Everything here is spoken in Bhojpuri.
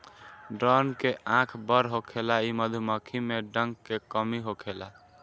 ड्रोन के आँख बड़ होखेला इ मधुमक्खी में डंक के कमी होखेला